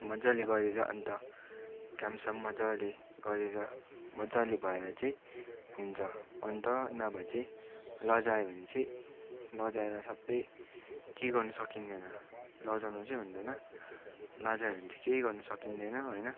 मज्जाले गरेर अन्त काम साम मज्जाले गरेर मज्जाले भएर चाहिँ हुन्छ अन्त नभए चाहिँ लजायो भने चाहिँ लजाएर सप्पै के गर्नु सकिँदैन लजाउनु चाहिँ हुँदैन लजायो भने चाहिँ केही गर्नु सकिँदैन होइन